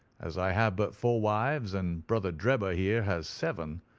as i have but four wives and brother drebber here has seven,